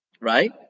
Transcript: right